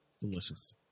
Delicious